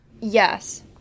Yes